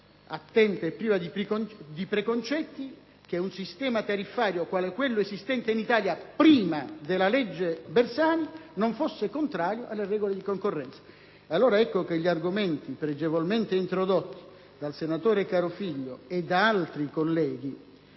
attenta e priva di preconcetti, hanno escluso che un sistema tariffario quale quello esistente in Italia prima della legge Bersani fosse contrario alle regole di concorrenza. Ecco allora che gli argomenti pregevolmente introdotti dal senatore Carofiglio e da altri colleghi